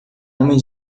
homem